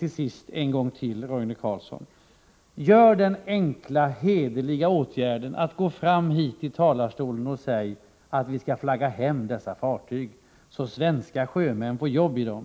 Till sist när det gäller Zenit: Vidta den enkla och hederliga åtgärden, Roine Carlsson, att gå fram hit till talarstolen och säga att vi skall flagga hem dessa fartyg så att svenska sjömän får jobb på dem.